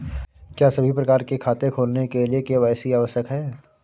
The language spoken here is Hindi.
क्या सभी प्रकार के खाते खोलने के लिए के.वाई.सी आवश्यक है?